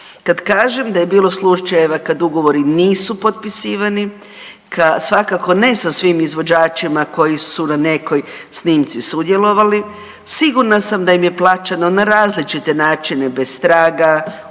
kad kažem da je bilo slučajeva kad ugovori nisu potpisivani, kad svakako ne sa svim izvođačima, koji su na nekoj snimci sudjelovali, sigurna sam da im je plaćeno na različite načine bez traga,